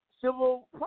civil